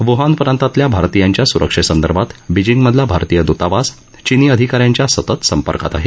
Wuhan प्रांतातल्या भारतीयांच्या सुरक्षेसंदर्भात बिजिंगमधला भारतीय दूतावास चीनी अधिका यांच्या सतत संपर्कात आहे